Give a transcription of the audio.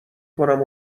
کنم